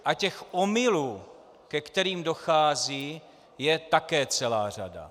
A těch omylů, ke kterým dochází, je také celá řada.